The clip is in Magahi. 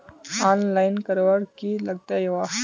आनलाईन करवार की लगते वा?